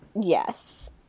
Yes